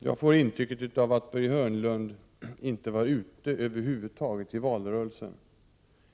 Jag får intrycket att Börje Hörnlund inte var ute i valrörelsen över huvud taget.